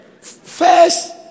first